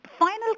Final